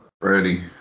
Ready